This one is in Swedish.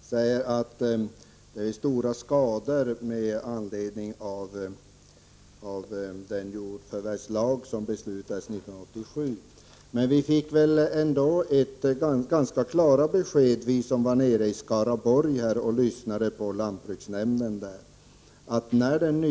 Herr talman! Hans Dau säger att det blir stora skador med anledning av den jordförvärvslag som beslutades 1987. Men vi som var i Skaraborg och lyssnade på lantbruksnämnden fick ganska klara besked.